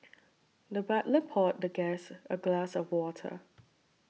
the butler poured the guest a glass of water